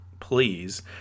please